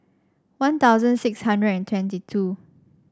One Thousand six hundred and twenty two